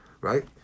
right